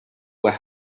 were